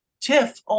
TIFF